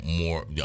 more